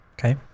okay